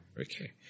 Okay